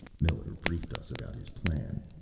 miller briefed us about his plan.